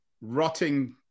rotting